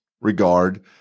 regard